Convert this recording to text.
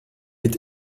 est